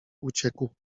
uciekł